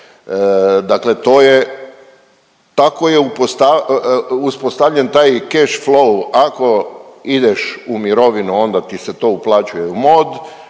uspostavljen taj cash flow, ako ideš u mirovinu, onda ti se to uplaćuje u MOD,